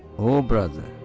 oh, brother,